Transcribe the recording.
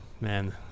Man